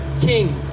king